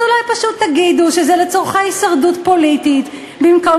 אז אולי פשוט תגידו שזה לצורכי הישרדות פוליטית במקום